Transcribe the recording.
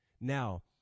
Now